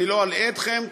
אני לא אלאה אתכם,